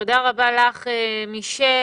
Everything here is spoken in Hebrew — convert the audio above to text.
תודה רבה לך, מישל.